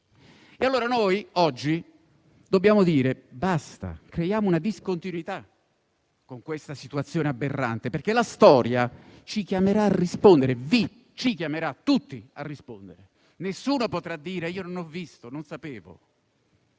noi. Noi oggi dobbiamo dire: basta. Creiamo una discontinuità con questa situazione aberrante, perché la storia ci chiamerà a rispondere; vi e ci chiamerà tutti a rispondere. Nessuno potrà dire: io non ho visto, non sapevo.